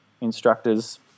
instructor's